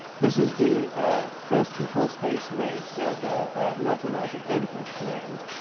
this is the first control space made for the north american air defense command,